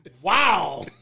Wow